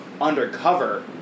undercover